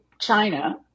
China